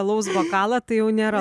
alaus bokalą tai jau nėra